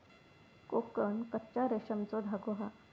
कोकन कच्च्या रेशमाचो धागो हा